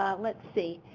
let's see.